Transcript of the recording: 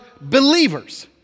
believers